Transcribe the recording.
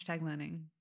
learning